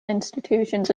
institutions